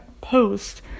post